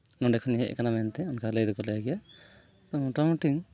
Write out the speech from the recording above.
ᱱᱚᱸᱰᱮ ᱠᱷᱚᱱᱤᱧ ᱦᱮᱡ ᱟᱠᱟᱱᱟ ᱢᱮᱱᱛᱮ ᱚᱱᱠᱟ ᱞᱟᱹᱭ ᱫᱚᱠᱚ ᱞᱟᱹᱭ ᱜᱮᱭᱟ ᱢᱚᱴᱟᱢᱩᱴᱤ